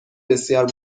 بسیار